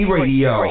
Radio